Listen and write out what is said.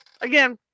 Again